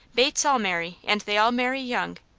bates all marry and they all marry young.